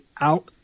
out